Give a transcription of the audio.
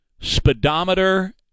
speedometer